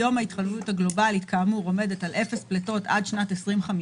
היום המטרה עומדת על אפס פליטות עד שנת 2050,